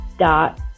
Dot